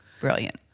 brilliant